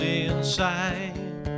inside